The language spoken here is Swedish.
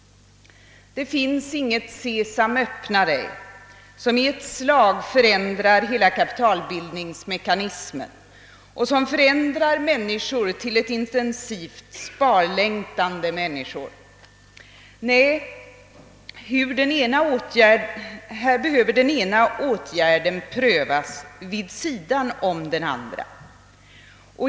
Det finns inget »Sesam, öppna dig!» som med ett slag förändrar hela kapitalbildningsmekanismen och som skapar intensivt sparlängtande människor. Nej, här behöver den ena åtgärden prövas vid sidan av den andra.